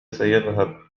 سيذهب